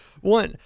one